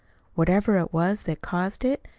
whatever it was that caused it,